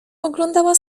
oglądała